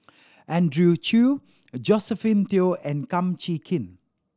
Andrew Chew Josephine Teo and Kum Chee Kin